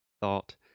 thought